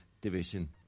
division